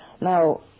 now